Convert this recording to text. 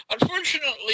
Unfortunately